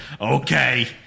Okay